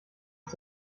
ist